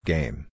Game